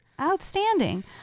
Outstanding